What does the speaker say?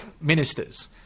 ministers